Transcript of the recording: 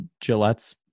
Gillette's